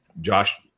Josh –